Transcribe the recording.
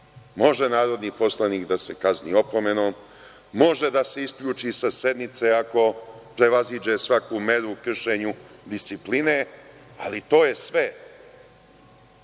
Može narodni poslanik da se kazni opomenom, može da se isključi sa sednice ako prevaziđe svaku meru u kršenju discipline, ali to je sve. Da